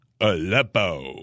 Aleppo